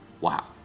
Wow